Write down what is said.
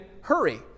hurry